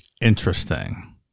interesting